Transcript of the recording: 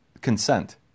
Consent